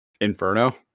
Inferno